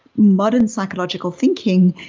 modern psychological thinking,